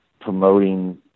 promoting